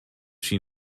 she